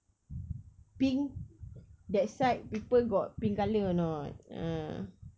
pink that side people got pink colour or not ha